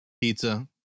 Pizza